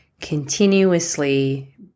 continuously